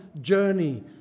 journey